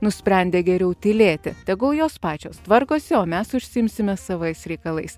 nusprendė geriau tylėti tegul jos pačios tvarkosi o mes užsiimsime savais reikalais